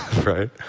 right